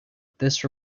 this